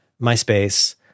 MySpace